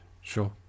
sure